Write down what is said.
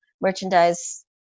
merchandise